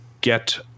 get